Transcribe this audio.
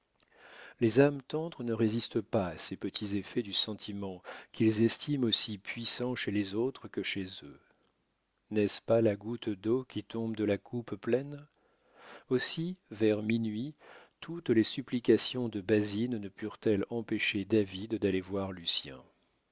les âmes tendres ne résistent pas à ces petits effets de sentiment qu'ils estiment aussi puissants chez les autres que chez eux n'est-ce pas la goutte d'eau qui tombe de la coupe pleine aussi vers minuit toutes les supplications de basine ne purent elles empêcher david d'aller voir lucien